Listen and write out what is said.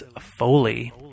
Foley